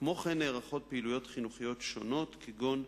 כמו כן, נערכות פעילויות חינוכיות שונות, כגון: